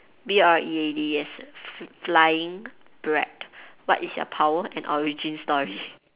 B R E A D yes flying bread what is your power and origin story